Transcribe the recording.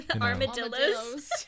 Armadillos